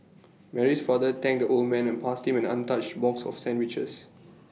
Mary's father thanked the old man and passed him an untouched box of sandwiches